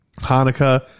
Hanukkah